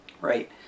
right